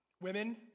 Women